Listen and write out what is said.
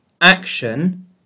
action